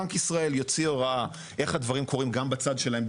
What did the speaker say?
שבנק ישראל יוציא הוראה איך הדברים קורים גם בצד שלהם,